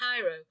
Cairo